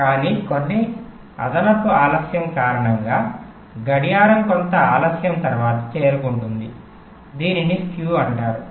కాని కొన్ని అదనపు ఆలస్యం కారణంగా గడియారం కొంత ఆలస్యం తర్వాత చేరుకుంటుంది దీనిని skew అంటారు